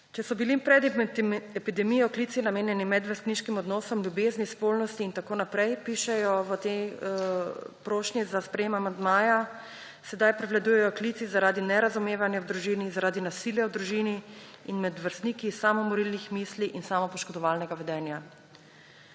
Če so bili pred epidemijo klici namenjeni medvrstniškim odnosom ljubezni, spolnosti in tako naprej, pišejo v tej prošnji za sprejem amandmaja, sedaj prevladujejo klici zaradi nerazumevanja v družini, zaradi nasilja v družini in med vrstniki, samomorilnih mislih in samopoškodovanega vedenja.